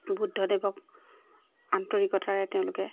বুদ্ধদেৱক আন্তৰিকতাৰে তেওঁলোকে